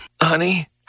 Honey